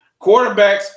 Quarterbacks